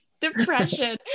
Depression